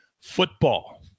football